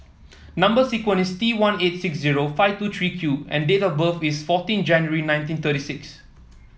number sequence is T one eight six zero five two three Q and date of birth is fourteen January nineteen thirty six